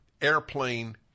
airplane